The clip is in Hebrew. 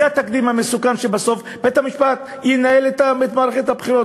זה תקדים מסוכן שבסוף בית-המשפט ינהל את מערכת הבחירות.